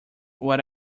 what